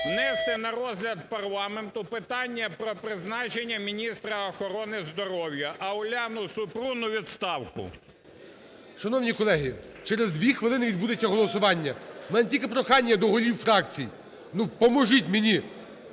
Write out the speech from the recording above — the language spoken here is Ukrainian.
внести на розгляд парламенту питання про призначення міністра охорони здоров'я, а Уляну Супрун у відставку. Шановні колеги, через дві хвилини відбудеться голосування. У мене тільки прохання до голів фракцій, ну поможіть мені,